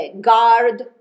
guard